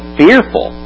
fearful